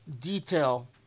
detail